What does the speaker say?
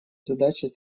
задачи